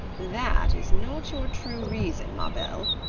that is not your true reason, ma belle.